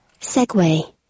Segway